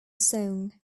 song